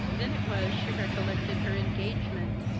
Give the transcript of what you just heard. then it was she recollected her engagement,